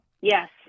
Yes